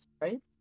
right